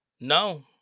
No